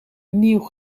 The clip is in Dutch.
nieuw